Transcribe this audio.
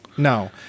No